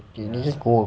they they just go